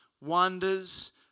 wonders